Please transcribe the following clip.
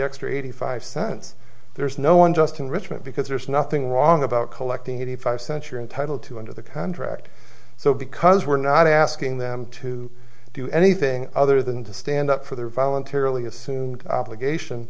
extra eighty five cents there's no one just enrichment because there's nothing wrong about collecting eighty five century entitle to under the contract so because we're not asking them to do anything other than to stand up for their voluntarily assumed